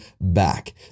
back